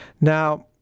now